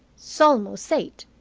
s'almost eight.